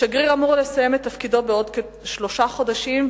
השגריר אמור לסיים את תפקידו בעוד כשלושה חודשים,